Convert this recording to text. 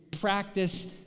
practice